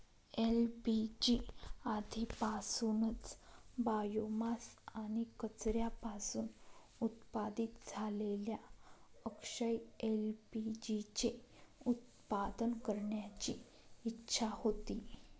LPG आधीपासूनच biomass आणि कचऱ्यापासून उत्पादित झालेल्या अक्षय एल.पी.जी चे उत्पादन करण्याची इच्छा होती